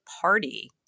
party